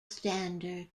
standard